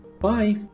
Bye